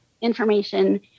information